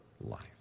life